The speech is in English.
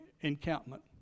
encampment